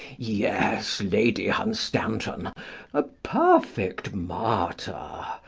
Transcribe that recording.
yes, lady hunstanton a perfect martyr.